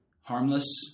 harmless